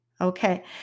Okay